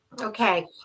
Okay